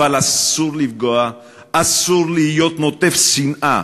אבל אסור לפגוע, אסור להיות נוטף שנאה.